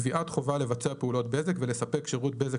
קביעת חובה לבצע פעולות בזק ולספק שירות בזק